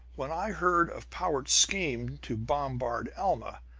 when i heard of powart's scheme to bombard alma,